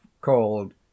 called